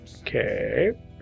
okay